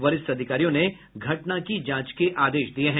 वरिष्ठ अधिकारियों ने घटना की जांच के आदेश दिये हैं